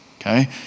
okay